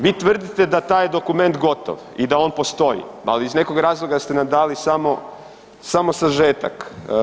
Vi tvrdite da je taj dokument gotov i da on postoji, ali iz nekog razloga ste nam dali samo sažetak.